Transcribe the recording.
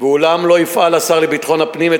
ואולם לא יפעיל השר לביטחון הפנים את